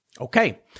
Okay